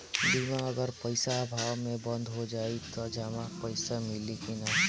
बीमा अगर पइसा अभाव में बंद हो जाई त जमा पइसा मिली कि न?